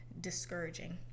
discouraging